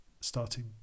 starting